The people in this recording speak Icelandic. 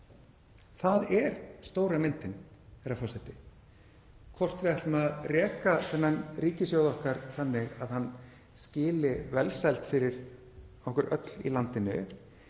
Það er stóra myndin, herra forseti, hvort við ætlum að reka ríkissjóð okkar þannig að hann skili velsæld fyrir okkur öll í landinu